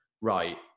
right